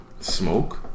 Smoke